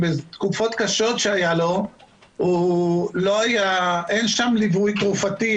בתקופות קשות שהיו לו אין שם ליווי תרופתי,